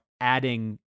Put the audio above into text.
adding